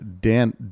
Dan